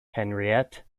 henriette